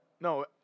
no